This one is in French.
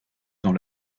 dans